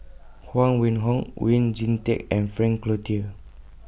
Huang Wenhong Oon Jin Teik and Frank Cloutier